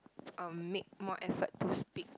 um make more effort to speak